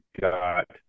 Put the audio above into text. got